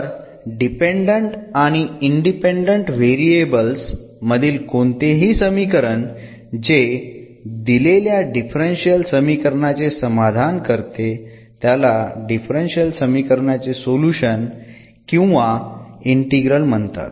तर डिपेंडंट आणि independent variables मधील कोणतेही समीकरण जे दिलेल्या डिफरन्शियल समीकरणाचे समाधान करते त्याला डिफरन्शियल समीकरणाचे सोल्युशन किंवा इंटिग्रल म्हणतात